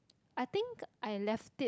I think I left it